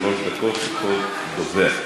שלוש דקות לכל דובר.